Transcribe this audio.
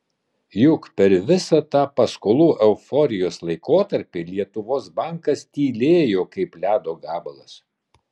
juk per visą tą paskolų euforijos laikotarpį lietuvos bankas tylėjo kaip ledo gabalas